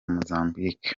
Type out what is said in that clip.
mozambique